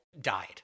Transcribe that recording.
died